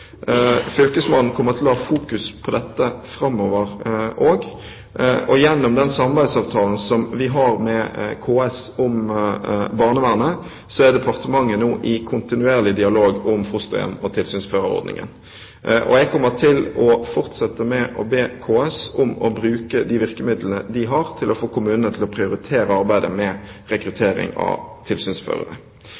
Fylkesmannen kommer til å ha fokus på dette framover også. Gjennom den samarbeidsavtalen som vi har med KS om barnevernet, er departementet nå i kontinuerlig dialog om fosterhjem og tilsynsførerordningen. Jeg kommer til å fortsette med å be KS om å bruke de virkemidlene de har, til å få kommunene til å prioritere arbeidet med